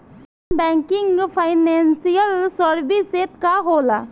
Non banking financial services का होला?